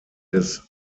des